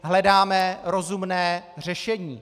Hledáme rozumné řešení.